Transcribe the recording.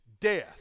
death